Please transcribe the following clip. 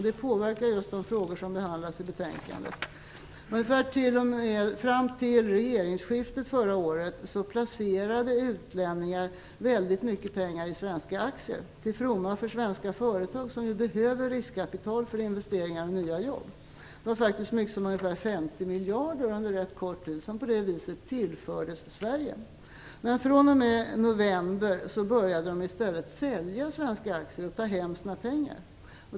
Det påverkar just de frågor som behandlas i betänkandet. Fram till regeringsskiftet förra året placerade utlänningar väldigt mycket pengar i svenska aktier till fromma för svenska företag som behöver riskkapital för investeringar i nya jobb. Det var faktiskt så mycket som 50 miljarder som under rätt kort tid på det viset tillfördes Sverige. Men fr.o.m. november började de i stället sälja svenska aktier och ta hem sina pengar.